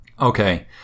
Okay